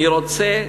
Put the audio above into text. אני רוצה,